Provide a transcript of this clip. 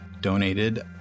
donated